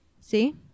See